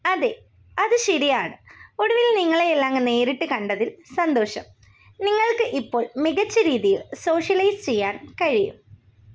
അതെ അത് ശരിയാണ് ഒടുവിൽ നിങ്ങളെയെല്ലാം നേരിട്ട് കണ്ടതിൽ സന്തോഷം നിങ്ങൾക്ക് ഇപ്പോൾ മികച്ച രീതിയിൽ സോഷ്യലൈസ് ചെയ്യാൻ കഴിയും